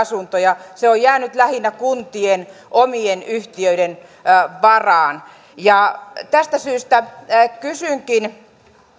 kohtuuhintaisia asuntoja se on jäänyt lähinnä kuntien omien yhtiöiden varaan tästä syystä kysynkin